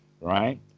Right